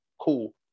Cool